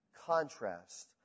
contrast